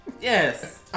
Yes